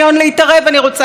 בשום תנאי?